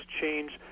change